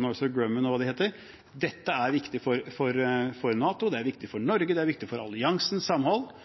Northrop Grumman og hva de nå måtte hete. Dette er viktig for NATO, Norge og alliansens samhold, og det